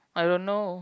I don't know